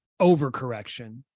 overcorrection